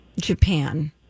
Japan